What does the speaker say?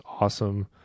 awesome